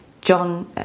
John